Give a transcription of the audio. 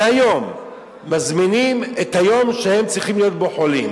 מהיום מזמינים את היום שהם צריכים להיות חולים